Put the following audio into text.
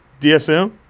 DSM